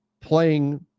playing